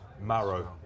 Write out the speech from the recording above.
Marrow